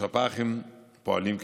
והשפ"חים פועלים כסדרם.